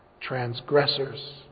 transgressors